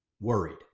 worried